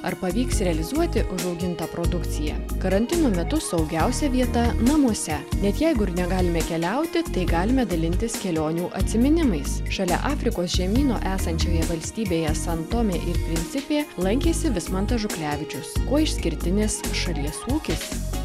ar pavyks realizuoti užaugintą produkciją karantino metu saugiausia vieta namuose net jeigu negalime keliauti tai galime dalintis kelionių atsiminimais šalia afrikos žemyno esančioje valstybėje san tomė ir prinsipė lankėsi vismantas žuklevičius kuo išskirtinis šalies ūkis